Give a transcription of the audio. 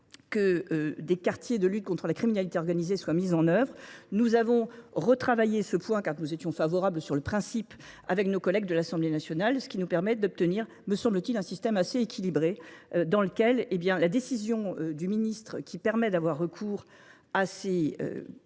que des quartiers de lutte contre la criminalité organisée soient mis en oeuvre. Nous avons retravaillé ce point car nous étions favorables sur le principe avec nos collègues de l'Assemblée nationale, ce qui nous permet d'obtenir, me semble-t-il, un système assez équilibré dans lequel la décision du ministre qui permet d'avoir recours à ces